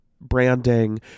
branding